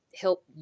help